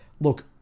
look